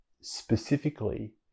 Specifically